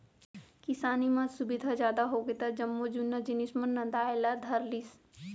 किसानी म सुबिधा जादा होगे त जम्मो जुन्ना जिनिस मन नंदाय ला धर लिस